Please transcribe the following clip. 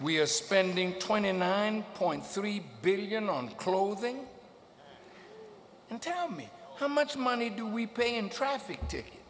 we are spending twenty nine point three billion on clothing and tell me how much money do we pay in traffic t